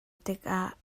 tikah